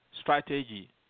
strategy